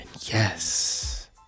yes